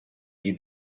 you